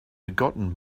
forgotten